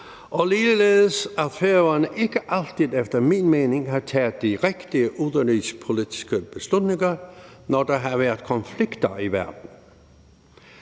og ligeledes at Færøerne ikke altid efter min mening har taget de rigtige udenrigspolitiske beslutninger, når der har været konflikter i verden.